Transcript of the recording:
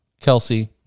Kelsey